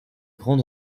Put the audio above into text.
grandes